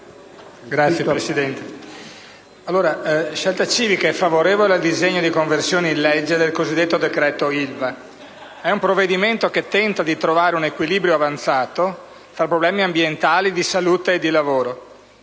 Scelta Civica è favorevole al disegno di legge di conversione del cosiddetto decreto Ilva. È un provvedimento che tenta di trovare un equilibrio avanzato fra problemi ambientali, di salute e di lavoro.